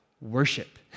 worship